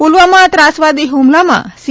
પુલવામાં ત્રાસવાદી હુમલામાં સી